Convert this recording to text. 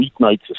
weeknights